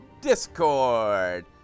Discord